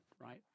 right